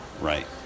Right